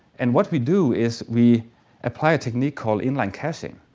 and what we do is we apply technique called inline caching.